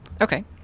Okay